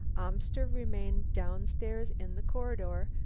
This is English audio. amster remained down stairs in the corridor,